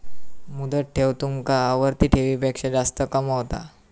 मुदत ठेव तुमका आवर्ती ठेवीपेक्षा जास्त कमावता